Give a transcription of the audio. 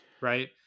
right